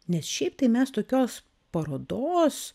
nes šiaip tai mes tokios parodos